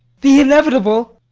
the inevitable?